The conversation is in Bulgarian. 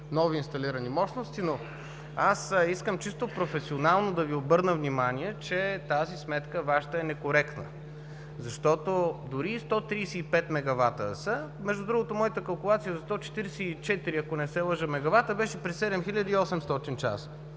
нови инсталирани мощности, но аз искам чисто професионално да Ви обърна внимание, че тази сметка – Вашата, е некоректна, защото дори и 135 мегавата да са, между другото моята калкулация е за 144 мегавата, ако не се